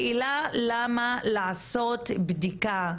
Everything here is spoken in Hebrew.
השאלה למה לעשות בדיקה,